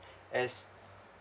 as